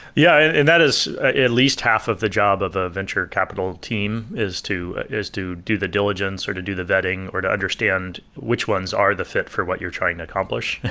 yeah. and that is at least half of the job of a venture capital team is to is to do the diligence, or to do the vetting, or to understand which ones are the fit for what you're trying to accomplish.